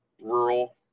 rural